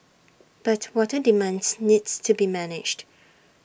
but water demands needs to be managed